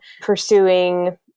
pursuing